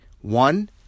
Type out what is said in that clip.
One